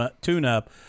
tune-up